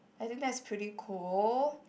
I think that's pretty cool